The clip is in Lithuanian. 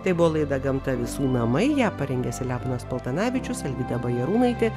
tai buvo laida gamta visų namai ją parengė selemonas paltanavičius alvyda bajarūnaitė